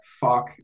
fuck